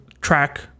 track